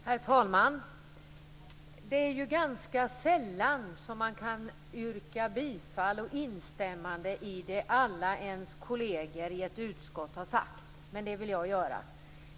Herr talman! Det är ganska sällan som man kan instämma i det som alla ens kolleger i ett utskott har sagt, men det vill jag göra.